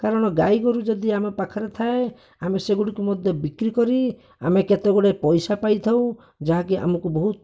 କାରଣ ଗାଈଗୋରୁ ଯଦି ଆମ ପାଖରେ ଥାଏ ଆମେ ସେଗୁଡ଼ିକୁ ମଧ୍ୟ ବିକ୍ରି କରି ଆମେ କେତେ ଗୁଡ଼ିଏ ପଇସା ପାଇଥାଉ ଯାହାକି ଆମକୁ ବହୁତ